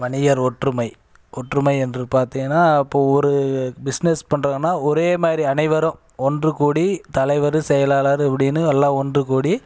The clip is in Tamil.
வணிகர் ஒற்றுமை ஒற்றுமை என்று பார்த்திங்கன்னா இப்போது ஒரு பிசினெஸ் பண்ணுறதுனா ஒரே மாதிரி அனைவரும் ஒன்று கூடி தலைவர் செயலாளர் இப்படினு எல்லாம் ஒன்று கூடி